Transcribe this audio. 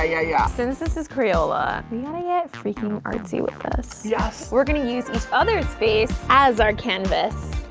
ah yeah, yeah. since this is crayola, we gotta get freaking artsy with this. yes. we're going to use each other's face as our canvas.